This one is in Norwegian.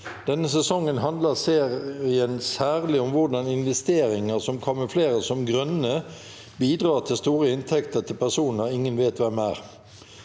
Denne sesongen handler serien særlig om hvor- dan investeringer som kamufleres som grønne, bidrar til store inntekter til personer ingen vet hvem er.